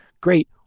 great